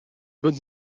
bonne